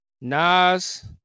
Nas